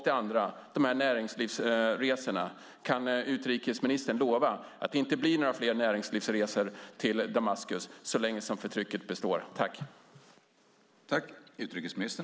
Den andra frågan är: Kan utrikesministern lova att det inte blir några fler näringslivsresor till Damaskus så länge som förtrycket består?